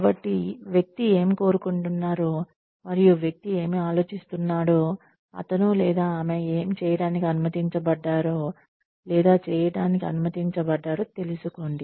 కాబట్టి వ్యక్తి ఏమి కోరుకుంటున్నారో మరియు వ్యక్తి ఏమి ఆలోచిస్తున్నాడో అతను లేదా ఆమె ఏమి చేయటానికి అనుమతించబడ్డాడో లేదా చేయటానికి అనుమతించబడ్డాడో తెలుసుకోండి